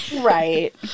Right